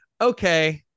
okay